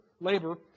labor